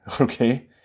okay